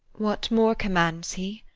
what more commands he?